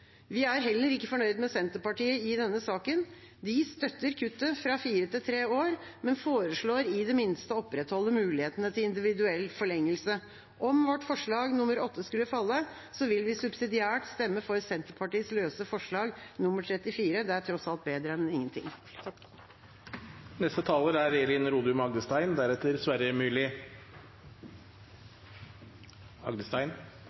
Vi er heller ikke fornøyd med Senterpartiet i denne saken. De støtter kuttet fra fire til tre år, men foreslår i det minste å opprettholde mulighetene til individuell forlengelse. Om vårt forslag nr. 8 skulle falle, vil vi subsidiært stemme for Senterpartiets løse forslag, nr. 34. Det er tross alt bedre enn ingenting. En av gladsakene i revidert nasjonalbudsjett er